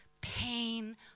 pain